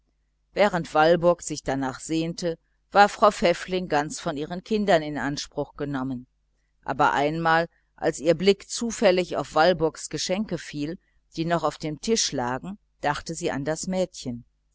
während walburg sich darnach sehnte war frau pfäffling ganz von ihren kindern in anspruch genommen aber einmal als ihr blick zufällig auf walburgs geschenke fiel die noch auf dem tisch lagen dachte sie an das mädchen